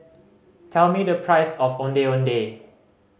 tell me the price of Ondeh Ondeh